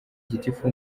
gitifu